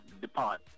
depart